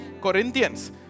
Corinthians